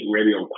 Radio